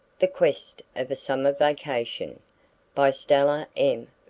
the quest of a summer vacation by stella m.